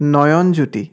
Nayanjyoti